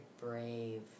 brave